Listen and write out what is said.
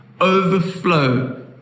overflow